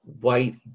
white